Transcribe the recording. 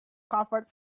covered